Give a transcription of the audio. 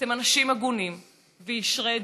אתם אנשים הגונים וישרי דרך,